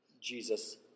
Jesus